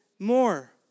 More